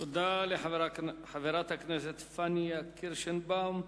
תודה לחברת הכנסת פניה קירשנבאום.